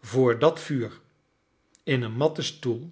vr dat vuur in een matten stoel